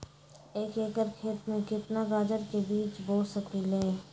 एक एकर खेत में केतना गाजर के बीज बो सकीं ले?